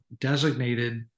designated